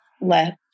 left